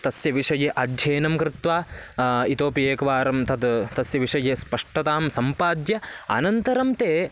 तस्य विषये अध्ययनं कृत्वा इतोपि एकवारं तद् तस्य विषये स्पष्टतां सम्पाद्य अनन्तरं ते